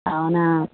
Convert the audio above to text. అవునా